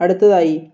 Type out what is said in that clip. അടുത്തതായി